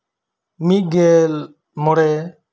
ᱢᱤᱫᱜᱮᱞ ᱢᱚᱲᱮ